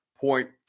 point